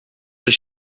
does